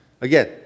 Again